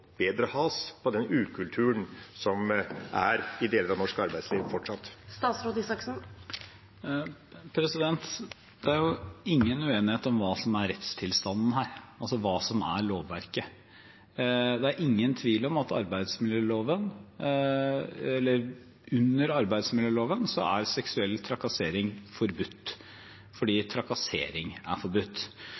bedre has på den ukulturen som fortsatt finnesi deler av norsk arbeidsliv? Det er ingen uenighet om hva som er rettstilstanden her, altså hva som er lovverket. Det er ingen tvil om at under arbeidsmiljøloven er seksuell trakassering forbudt fordi trakassering er forbudt.